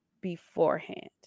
beforehand